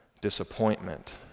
disappointment